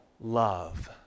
love